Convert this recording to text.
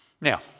Now